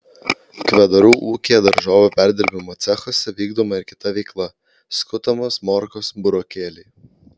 kvedarų ūkyje daržovių perdirbimo cechuose vykdoma ir kita veikla skutamos morkos burokėliai